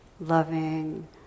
loving